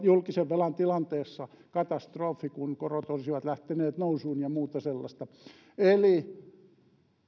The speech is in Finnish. julkisen velan tilanteessa katastrofi kun korot olisivat lähteneet nousuun ja muuta sellaista eli